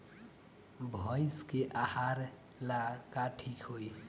भइस के आहार ला का ठिक होई?